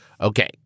Okay